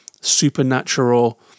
supernatural